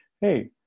hey